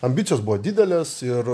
ambicijos buvo didelės ir